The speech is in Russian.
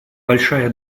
большая